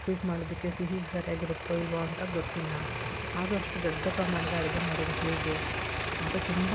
sweet ಮಾಡೋದಕ್ಕೆ ಸಿಹಿ ಸರಿಯಾಗಿರುತ್ತೊ ಇಲ್ಲವೊ ಅಂತ ಗೊತ್ತಿಲ್ಲ ಆದರು ಅಷ್ಟು ದೊಡ್ಡ ಪ್ರಮಾಣದ ಅಡುಗೆ ಮಾಡೋದು ಹೇಗೆ ಅಂತ ತುಂಬ